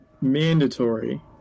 mandatory